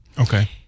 Okay